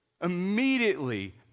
immediately